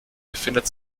befindet